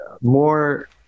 more